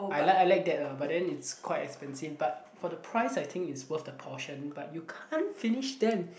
I like I like that eh but then it's quite expensive but for the price I think it's worth the portion but you can't finish them